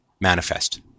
manifest